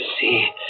see